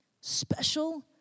Special